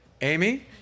Amy